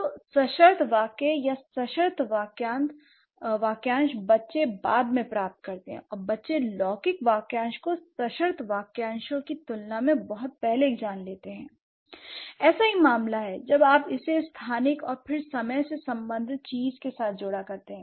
तो सशर्त वाक्य या सशर्त वाक्यांश बच्चे बाद में प्राप्त करते हैं और बच्चे लौकिक वाक्यांश को सशर्त वाक्यांशों की तुलना में बहुत पहले जान लेते हैं l ऐसा ही मामला है जब आप इसे स्थानिक और फिर समय से संबंधित चीज़ के साथ जोड़ा करते हैं